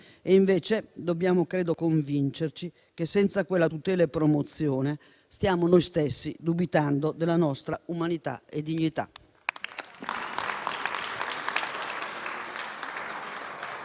credo che dobbiamo convincerci che senza quella tutela e promozione stiamo noi stessi dubitando della nostra umanità e dignità.